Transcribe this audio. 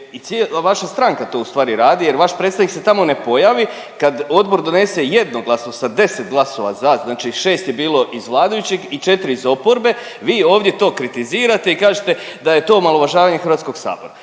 i cijela vaša stranka to u stvari radi jer vaš predstavnik se tamo ne pojavi kad odbor donese jednoglasno sa 10 glasova za, znači 6 je bilo iz vladajućih i 4 iz oporbe, vi ovdje to kritizirate i kažete da je to omalovažavanje Hrvatskog sabora.